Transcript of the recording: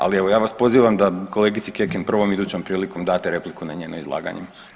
Ali evo, ja vas pozivam da kolegici Kekin prvom idućom prilikom date repliku na njeno izlaganje.